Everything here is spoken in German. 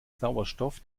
sauerstoff